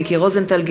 מיקי רוזנטל,